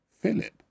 Philip